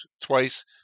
twice